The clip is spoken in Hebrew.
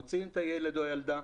מוציאים את הילד או הילדה,